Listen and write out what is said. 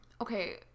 Okay